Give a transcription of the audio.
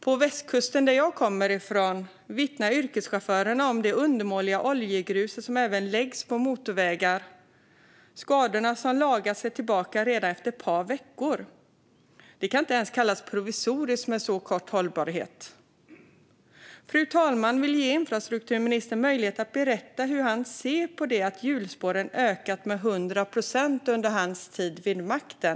På västkusten, som jag kommer från, vittnar yrkeschaufförerna om det undermåliga oljegruset, som även läggs på motorvägar. Skadorna som lagas är tillbaka redan efter ett par veckor. Det kan inte ens kallas provisoriskt med så kort hållbarhet. Fru talman! Jag vill ge infrastrukturministern möjlighet att berätta hur han ser på att spårdjupet har ökat med 100 procent under hans tid vid makten.